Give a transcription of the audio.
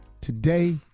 Today